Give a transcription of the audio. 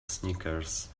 snickers